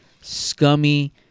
scummy